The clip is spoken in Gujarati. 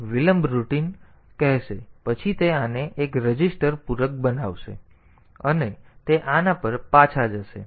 તેથી આ આને વિલંબ રૂટિન કહેશે પછી તે આને એક રજિસ્ટર પૂરક બનાવશે અને પછી તે આ પર પાછા જશે